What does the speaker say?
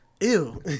Ew